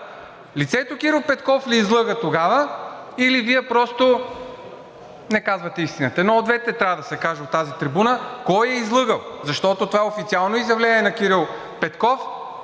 лицето Кирил Петков ли излъга тогава, или Вие просто не казвате истината? Едно от двете трябва да се каже от тази трибуна. Кой е излъгал? Защото това е официално изявление на Кирил Петков